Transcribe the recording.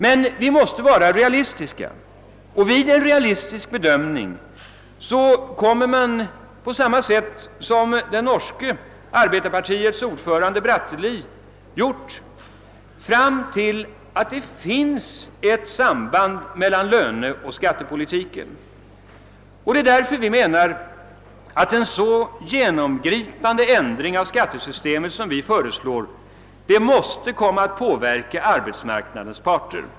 Men vi måste vara realistiska. Vid en realistisk bedömning kommer man på samma sätt som det norska arbetarpartiets ordförande Bratteli fram till att det finns ett samband mellan löneoch skattepolitik. Det är därför vi menar att en så genomgripande ändring av skattesystemet, som vi föreslår, måste komma att påverka arbetsmarknadens parter.